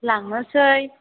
लांनोसै